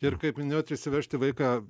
ir kaip minėjot išsivežti vaiką